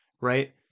right